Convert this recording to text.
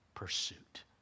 pursuit